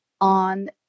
on